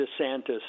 DeSantis